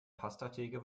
pastatheke